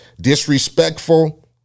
Disrespectful